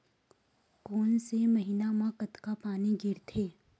कोन से महीना म कतका पानी गिरथे?